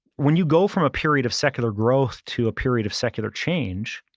when you go from a period of secular growth to a period of secular change,